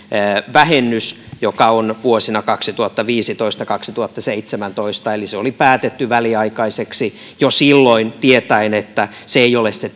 vähennys joka on vuosina kaksituhattaviisitoista viiva kaksituhattaseitsemäntoista eli se oli päätetty väliaikaiseksi jo silloin tietäen että se ei ole se